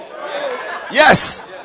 Yes